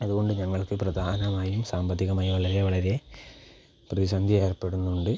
അതുകൊണ്ട് ഞങ്ങൾക്ക് പ്രധാനമായും സാമ്പത്തികമായും വളരെ വളരെ പ്രതിസന്ധി ഏർപ്പെടുന്നുണ്ട്